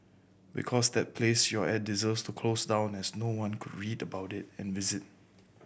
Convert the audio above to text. because that place you're at deserves to close down as no one could read about it and visit